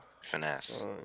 Finesse